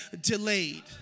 delayed